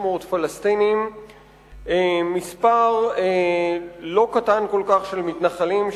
פלסטינים וכמה עשרות משפחות של מתנחלים,